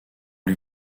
les